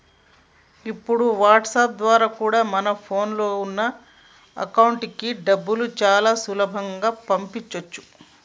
ఇప్పుడు వాట్సాప్ ద్వారా కూడా మన ఫోన్ లో ఉన్న కాంటాక్ట్స్ కి డబ్బుని చాలా సులభంగా పంపించొచ్చు